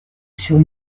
sur